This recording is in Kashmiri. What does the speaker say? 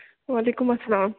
وعلیکُم اَلسلام